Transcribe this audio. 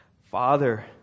Father